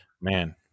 man